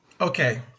Okay